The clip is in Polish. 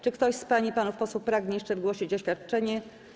Czy ktoś z pań i panów posłów pragnie jeszcze wygłosić oświadczenie?